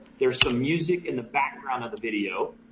there's some music in the background of the video.